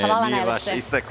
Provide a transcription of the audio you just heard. Hvala najlepše.